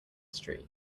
street